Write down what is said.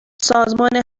سازمان